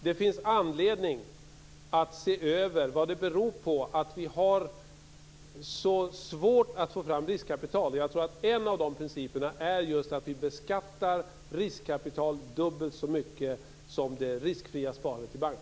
Det finns anledning att se över vad det beror på att vi har svårt att få fram riskkapital. Jag tror att en av de principerna just är att vi beskattar riskkapital dubbelt så mycket som det riskfria sparandet i bank.